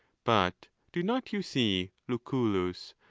but do not you see, lucullus,